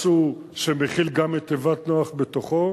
משהו שמכיל גם את "תיבת נח" בתוכו,